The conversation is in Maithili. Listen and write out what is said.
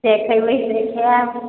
जे खैबे से खायब